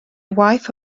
waith